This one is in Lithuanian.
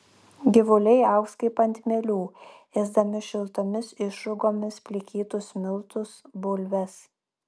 gyvuliai augs kaip ant mielių ėsdami šiltomis išrūgomis plikytus miltus bulves